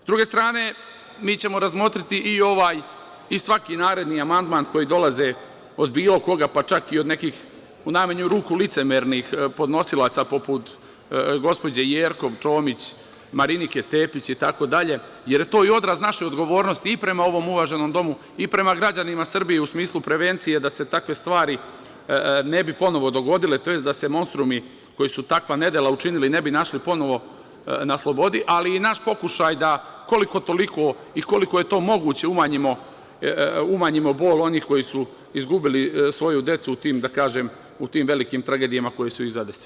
S druge strane, razmotrićemo i ovaj i svaki naredni amandman koji dolaze od bilo koga, čak i od nekih, u najmanju ruku, licemernih podnosilaca poput gospođe Jerkov, Čomić, Marinike Tepić itd, jer to je odraz naše odgovornosti i prema ovom uvaženom Domu i prema građanima Srbije u smislu prevencije da se takve stvari ne bi ponovo dogodile, tj. da se monstrumi koji su takva nedela učinili, ne bi našli ponovo na slobodi, ali i naš pokušaj da koliko-toliko i koliko je to moguće umanjimo bol onih koji su izgubili svoju decu u tim, da kažem, velikim tragedijama koje su ih zadesile.